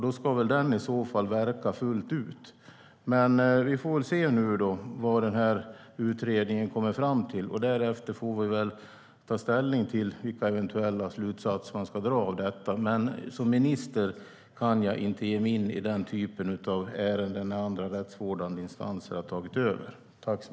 Då ska den i så fall tillämpas fullt ut. Vi får väl se vad utredningen kommer fram till. Därefter får vi ta ställning till vilka eventuella slutsatser som ska dras. Men som minister kan jag inte ge mig in i den typen av frågor när andra rättsvårdande instanser har tagit över hanteringen.